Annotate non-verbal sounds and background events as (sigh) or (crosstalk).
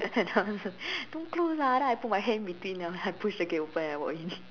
(laughs) and then I was like don't close lah then I put my hands in between then I push the gate open and then I walk in